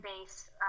base